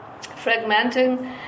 fragmenting